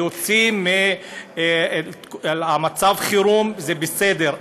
להוציא מצב חירום זה בסדר,